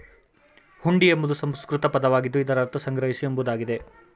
ಹುಂಡಿ ಎಂಬುದು ಸಂಸ್ಕೃತ ಪದವಾಗಿದ್ದು ಇದರ ಅರ್ಥ ಸಂಗ್ರಹಿಸು ಎಂಬುದಾಗಿದೆ